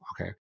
okay